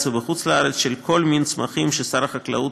ובחוץ-לארץ של כל מין צמחים ששר החקלאות